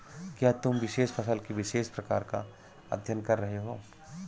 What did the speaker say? क्या तुम विशेष फसल के विशेष प्रकार का अध्ययन कर रहे हो?